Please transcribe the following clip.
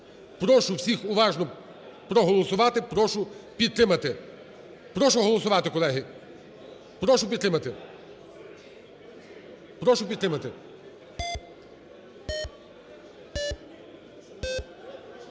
Прошу всіх уважно проголосувати. Прошу підтримати. Прошу голосувати, колеги. Прошу підтримати. 16:52:44